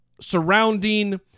surrounding